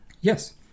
Yes